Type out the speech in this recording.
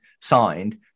signed